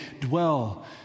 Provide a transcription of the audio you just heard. dwell